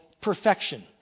perfection